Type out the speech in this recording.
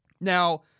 Now